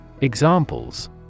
Examples